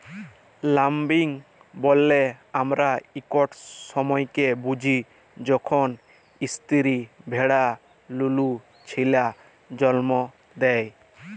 lambing ব্যলে আমরা ইকট সময়কে বুঝি যখল ইস্তিরি ভেড়া লুলু ছিলা জল্ম দেয়